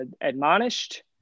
admonished